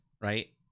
right